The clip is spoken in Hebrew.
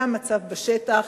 זה המצב בשטח,